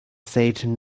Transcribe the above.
said